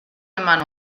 eman